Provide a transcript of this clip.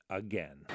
again